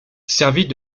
servit